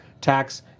tax